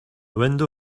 window